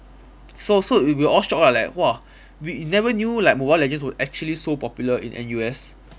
so so we we all shocked lah like !wah! we never knew like mobile legends were actually so popular in N_U_S